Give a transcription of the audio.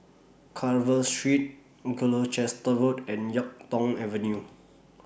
Carver Street Gloucester Road and Yuk Tong Avenue